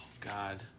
God